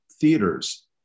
theaters